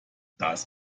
das